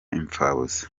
impfabusa